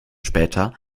später